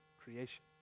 creation